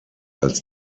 als